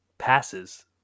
Passes